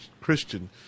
Christian